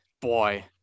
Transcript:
boy